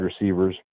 receivers